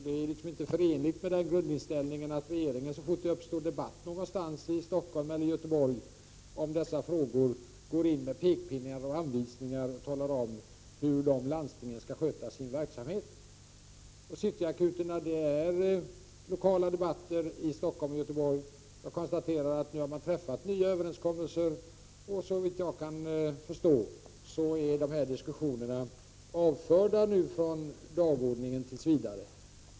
Detta är inte förenligt med grundinställningen att regeringen så fort det uppstår debatt någonstans i Stockholm eller Göteborg i dessa frågor går in med pekpinnar och anvisningar och talar om hur landstingen skall sköta sin verksamhet. Cityakuterna diskuteras lokalt i Stockholm och Göteborg. Jag konstaterar att man nu har träffat nya överenskommelser, och såvitt jag förstår är dessa diskussioner nu tills vidare avförda från dagordningen.